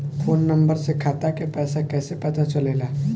Phone number से खाता के पइसा कईसे पता चलेला?